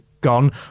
gone